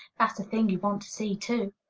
that's a thing you want to see, too.